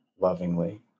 lovingly